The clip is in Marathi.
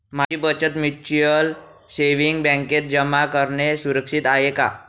माझी बचत म्युच्युअल सेविंग्स बँकेत जमा करणे सुरक्षित आहे का